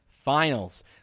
finals